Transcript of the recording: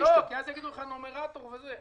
אחרת ידברו על הנומרטור.